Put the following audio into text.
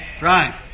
Right